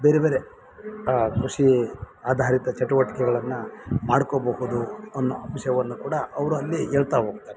ಬೇರೆಬೇರೆ ಕೃಷಿ ಆಧಾರಿತ ಚಟುವಟಿಕೆಗಳನ್ನ ಮಾಡ್ಕೊಬಹುದು ಅನ್ನೋ ಅಂಶವನ್ನು ಕೂಡ ಅವ್ರು ಅಲ್ಲಿ ಹೇಳ್ತಾ ಹೋಗ್ತಾರೆ